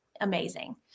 amazing